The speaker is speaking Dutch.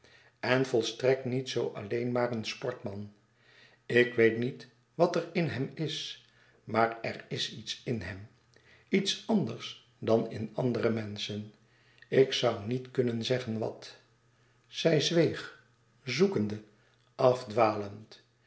en volstrekt niet zoo alleen maar een sportman ik weet niet wat er in hem is maar er is iets in hem iets anders dan in andere menschen ik zoû niet kunnen zeggen wat louis couperus extaze